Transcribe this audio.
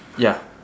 ya